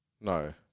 No